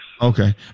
Okay